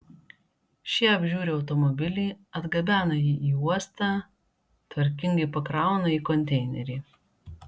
šie apžiūri automobilį atgabena jį į uostą tvarkingai pakrauna į konteinerį